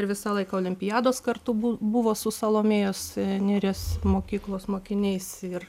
ir visą laiką olimpiados kartu bu buvo su salomėjos nėries mokyklos mokiniais ir